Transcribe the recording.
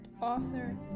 author